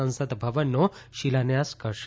સંસદ ભવનનો શિલાન્યાસ કરશે